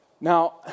Now